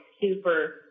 super